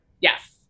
Yes